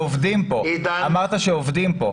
אמרת שעובדים פה.